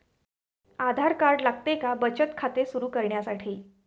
आधार card लागते का बचत खाते सुरू करण्यासाठी?